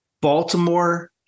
Baltimore